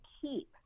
keep